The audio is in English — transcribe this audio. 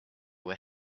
were